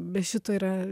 be šito yra